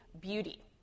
beauty